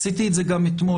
עשיתי את זה גם אתמול,